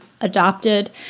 adopted